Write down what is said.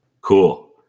Cool